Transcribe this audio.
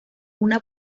una